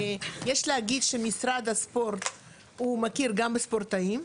יש להגיד שמשרד הספורט הוא מכיר גם בספורטאים,